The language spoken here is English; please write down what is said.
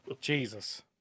Jesus